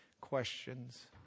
questions